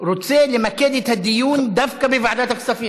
רוצה למקד את הדיון דווקא בוועדת הכספים.